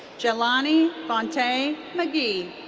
jaylani vontae mcgee.